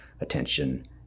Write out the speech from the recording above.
attention